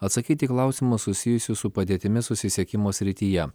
atsakyti į klausimus susijusius su padėtimi susisiekimo srityje